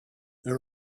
there